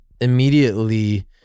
immediately